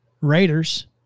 Raiders